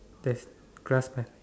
okay class end